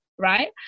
Right